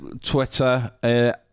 Twitter